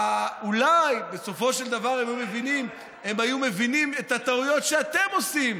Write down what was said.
אולי בסופו של דבר הם היו מבינים את הטעויות שאתם עושים,